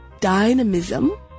dynamism